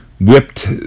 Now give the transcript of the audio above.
whipped